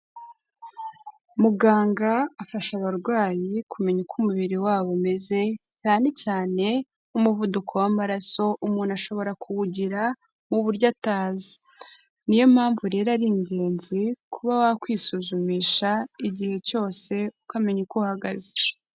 Muganga afasha abarwayi kumenya uko umubiri wabo umeze, cyane cyane nk'umuvuduko w'amaraso umuntu ashobora kuwugira mu buryo atazi. Ni yo mpamvu rero ari ingenzi kuba wakwisuzumisha igihe cyose ukamenya uko uhagaze.